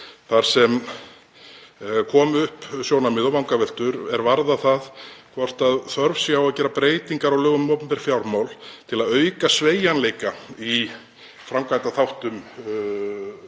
Þar komu upp sjónarmið og vangaveltur er varða það hvort þörf sé á að gera breytingar á lögum um opinber fjármál til að auka sveigjanleika í framkvæmdaþáttum